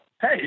hey